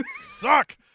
suck